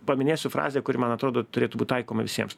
paminėsiu frazę kuri man atrodo turėtų būt taikoma visiems